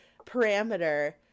parameter